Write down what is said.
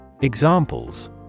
Examples